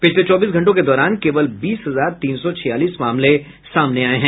पिछले चौबीस घंटों के दौरान केवल बीस हजार तीन सौ छियालीस मामले सामने आए हैं